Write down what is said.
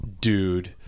dude